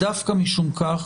דווקא משום כך